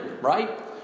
right